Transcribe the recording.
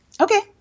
Okay